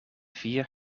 vier